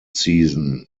season